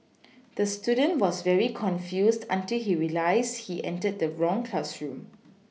the student was very confused until he realised he entered the wrong classroom